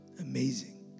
Amazing